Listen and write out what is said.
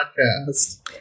podcast